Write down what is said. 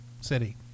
City